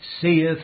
seeth